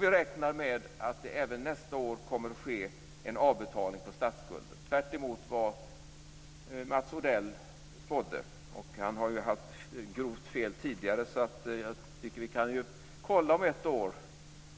Vi räknar också med att det även nästa år kommer att ske en avbetalning på statsskulden, tvärtemot vad Mats Odell spådde. Han har haft grovt fel tidigare. Vi kan kolla om ett år